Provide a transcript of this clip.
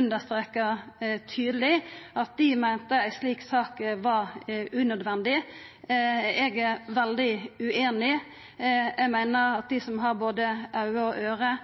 understrekar tydeleg i merknadene at dei meinte ei slik sak var unødvendig. Eg er veldig ueinig. Eg meiner at dei som har både auge og øyre,